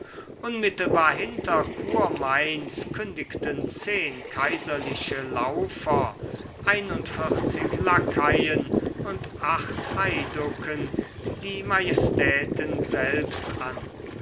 unmittelbar hinter kurmainz kündigten zehn kaiserliche laufer einundvierzig lakaien und acht heiducken die majestäten selbst an